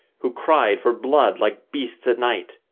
who cried for blood like beasts at night,